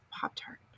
Pop-Tart